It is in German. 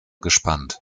gespannt